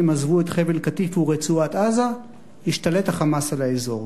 עזבו את חבל-קטיף ורצועת-עזה השתלט ה"חמאס" על האזור.